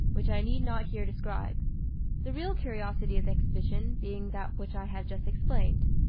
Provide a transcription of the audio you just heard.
which i need not here describe the real curiosity of the exhibition being that which i have just explained.